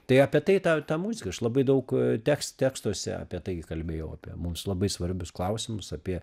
tai apie tai ta ta muzika aš labai daug teks tekstuose apie tai kalbėjau apie mums labai svarbius klausimus apie